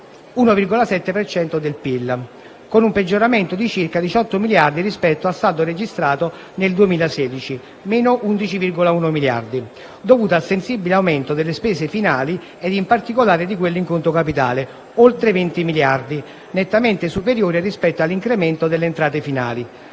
cento del PIL), con un peggioramento di circa 18 miliardi rispetto al saldo registrato nel 2016 (-11,1 miliardi), dovuto al sensibile aumento delle spese finali e, in particolare, di quelle in conto capitale (oltre 20 miliardi), nettamente superiore rispetto all'incremento delle entrate finali.